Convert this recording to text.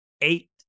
eight